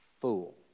fool